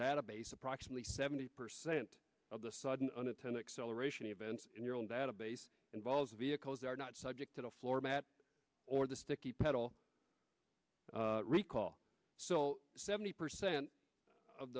approximately seventy percent of the sudden unintended acceleration events in your own database involves vehicles are not subject to the floor mat or the sticky pedal recall so seventy percent of